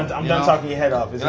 and i'm done talking your head off.